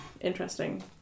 interesting